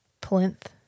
plinth